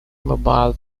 mobile